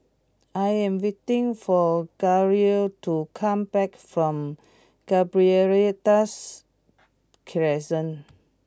I am waiting for Garel to come back from Gibraltar Crescent